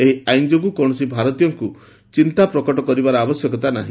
ଏହି ଆଇନ୍ ଯୋଗୁଁ କୌଣସି ଭାରତୀୟଙ୍କ ଚିନ୍ତାପ୍ରକଟ କରିବାର ଆବଶ୍ୟକତା ନାହି